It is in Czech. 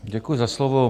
Děkuji za slovo.